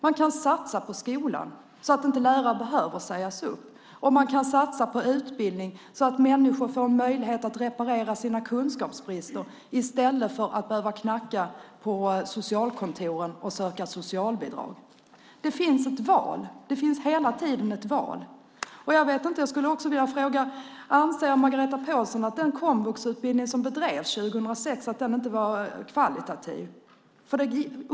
Man kan satsa på skolan så att inte lärare behöver sägas upp, och man kan satsa på utbildning så att människor får möjlighet att reparera sina kunskapsbrister i stället för att behöva knacka på hos socialkontoren och söka socialbidrag. Det finns ett val. Det finns hela tiden ett val. Jag skulle också vilja fråga om Margareta Pålsson anser att den komvuxutbildning som bedrevs 2006 inte var kvalitativ.